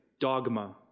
dogma